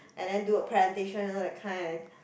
and then do a presentation that kind